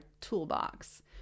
toolbox